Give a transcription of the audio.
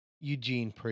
Eugene